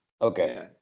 okay